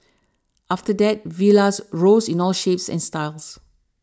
after that villas rose in all shapes and styles